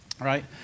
right